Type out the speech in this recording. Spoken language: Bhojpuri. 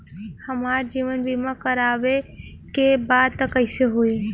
हमार जीवन बीमा करवावे के बा त कैसे होई?